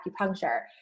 acupuncture